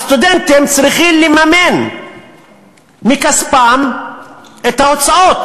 הסטודנטים צריכים לממן מכספם את ההוצאות.